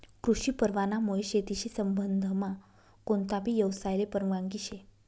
कृषी परवानामुये शेतीशी संबंधमा कोणताबी यवसायले परवानगी शे